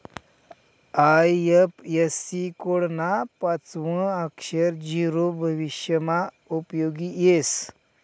IFSC code ना पाचवं अक्षर झीरो भविष्यमा उपयोगी येस